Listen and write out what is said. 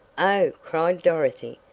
oh! cried dorothy.